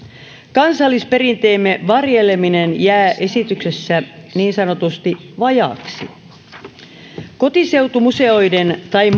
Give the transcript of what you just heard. kansallisperinteemme varjeleminen jää esityksessä niin sanotusti vajaaksi kotiseutumuseoiden tai